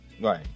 Right